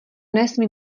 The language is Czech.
nesmí